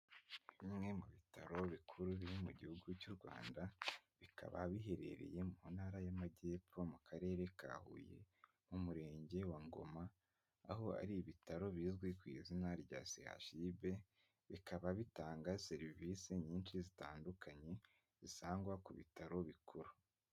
Bimwe mu bitaro bikuru biri mu gihugu cy'u Rwanda, bikaba biherereye mu ntara y'amajyepfo, mu karere ka Huye, mu murenge wa Ngoma, aho ari ibitaro bizwi ku izina rya CHUB, bikaba bitanga serivisi nyinshi zitandukanye, zisangwa ku bitaro bikuru.